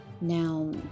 now